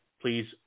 Please